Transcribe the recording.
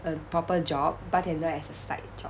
a proper job bartender as a side job